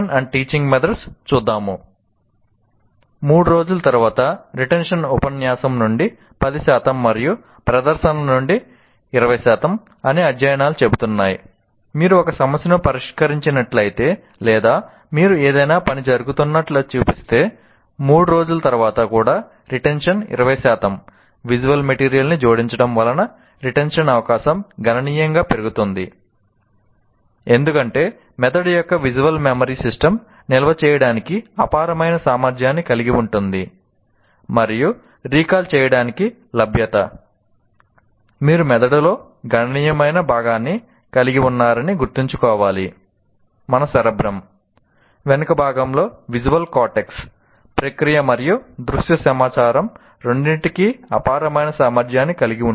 3 రోజుల తరువాత రిటెన్షన్ ప్రక్రియ మరియు దృశ్య సమాచారం రెండింటికీ అపారమైన సామర్థ్యాన్ని కలిగి ఉంటుంది